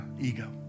ego